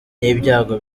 n’ibyago